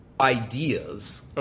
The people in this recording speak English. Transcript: ideas